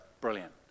Brilliant